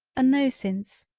a no since,